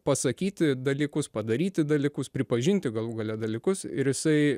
pasakyti dalykus padaryti dalykus pripažinti galų gale dalykus ir jisai